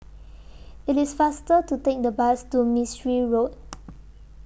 IT IS faster to Take The Bus to Mistri Road